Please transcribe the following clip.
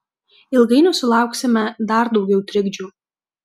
ilgainiui sulauksime dar daugiau trikdžių